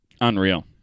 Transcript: Unreal